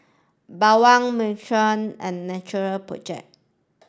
Bawang and Natural project